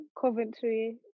Coventry